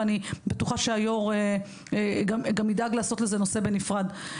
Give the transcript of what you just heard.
ואני בטוחה שהיו"ר גם ידאג לעשות לזה נושא בנפרד.